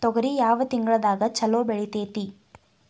ತೊಗರಿ ಯಾವ ತಿಂಗಳದಾಗ ಛಲೋ ಬೆಳಿತೈತಿ?